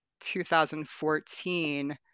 2014